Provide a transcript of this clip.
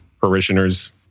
parishioners